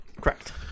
Correct